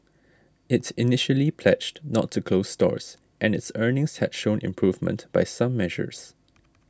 it initially pledged not to close stores and its earnings had shown improvement by some measures